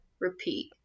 repeat